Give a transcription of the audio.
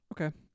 Okay